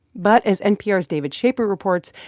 but as npr's david schaper reports,